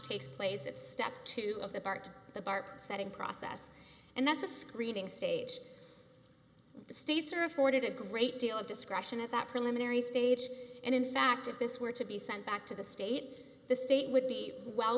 takes place at step two of the part of the bar setting process and that's a screening stage states are afforded a great deal of discretion at that preliminary stage and in fact if this were to be sent back to the state the state would be well